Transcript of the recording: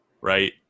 Right